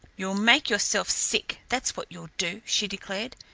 you'll make yourself sick, that's what you'll do, she declared.